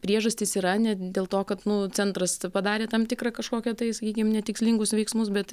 priežastys yra ne dėl to kad nu centras padarė tam tikrą kažkokią tai sakykim ne tikslingus veiksmus bet